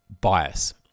bias